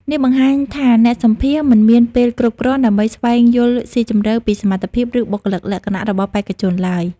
នេះបង្ហាញថាអ្នកសម្ភាសន៍មិនមានពេលគ្រប់គ្រាន់ដើម្បីស្វែងយល់ស៊ីជម្រៅពីសមត្ថភាព ឬបុគ្គលិកលក្ខណៈរបស់បេក្ខជនឡើយ។